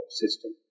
system